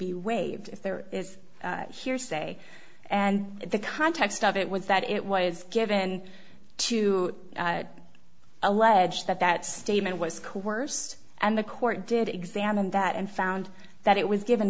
be waived if there is hearsay and the context of it was that it was given to allege that that statement was coerced and the court did examine that and found that it was given